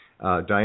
Diane